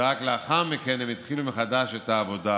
ורק לאחר מכן הם התחילו מחדש את העבודה